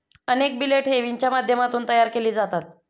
अनेक बिले ठेवींच्या माध्यमातून तयार केली जातात